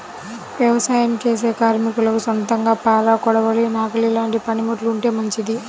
యవసాయం చేసే కార్మికులకు సొంతంగా పార, కొడవలి, నాగలి లాంటి పనిముట్లు ఉంటే మంచిది